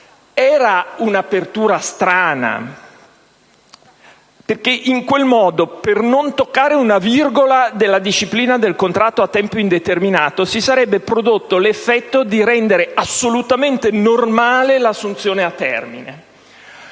Era un'apertura strana, perché in quel modo, per non toccare una virgola della disciplina del contratto a tempo indeterminato, si sarebbe prodotto l'effetto di rendere assolutamente normale l'assunzione a termine.